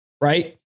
right